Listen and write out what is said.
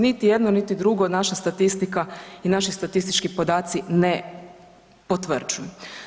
Niti jedno niti drugo naša statistika i naši statistički podaci ne potvrđuju.